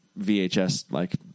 VHS-like